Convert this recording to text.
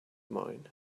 mine